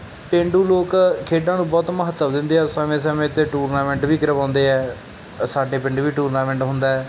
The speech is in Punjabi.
ਪੇਂਡੂ ਲੋਕ ਖੇਡਾਂ ਨੂੰ ਬਹੁਤ ਮਹੱਤਵ ਦਿੰਦੇ ਆ ਸਮੇਂ ਸਮੇਂ 'ਤੇ ਟੂਰਨਾਮੈਂਟ ਵੀ ਕਰਵਾਉਂਦੇ ਹੈ ਸਾਡੇ ਪਿੰਡ ਵੀ ਟੂਰਨਾਮੈਂਟ ਹੁੰਦਾ ਹੈ